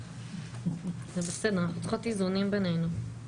זה בסדר, אנחנו צריכות איזונים בינינו.